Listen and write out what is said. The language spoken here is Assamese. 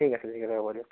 ঠিক আছে ঠিক আছে হ'ব দিয়ক